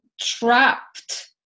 trapped